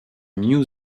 new